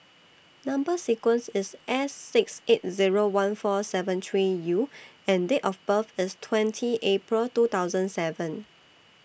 Number sequence IS S six eight Zero one four seven three U and Date of birth IS twenty April two thousand seven